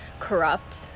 corrupt